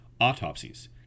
autopsies